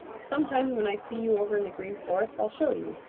sometime when i see you over in the green forest i'll show you,